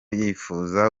yifuza